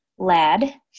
lad